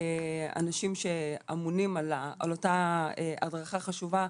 אנשים שאמונים על אותה הדרכה חשובה,